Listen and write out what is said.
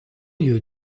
you